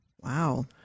Wow